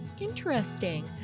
interesting